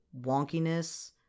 wonkiness